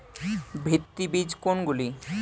ভিত্তি বীজ কোনগুলি?